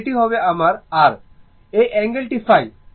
আর এটি হবে আমার আর এই অ্যাঙ্গেল টি ϕ